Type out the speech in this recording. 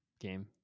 game